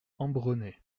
ambronay